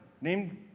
named